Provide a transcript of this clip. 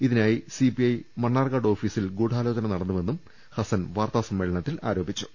ഇതിനായി സിപിഐ മണ്ണാർക്കാട്ട് ഓഫീസിൽ ഗൂഢാലോചന നടന്നുവെന്നും ഹസ്സൻ വാർത്താ സമ്മേളനത്തിൽ ആരോപിച്ചു